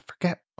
forget